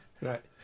Right